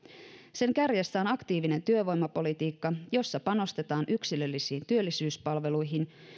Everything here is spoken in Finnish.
sen kärjessä on aktiivinen työvoimapolitiikka jossa panostetaan yksilöllisiin työllisyyspalveluihin